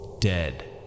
dead